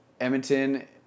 Edmonton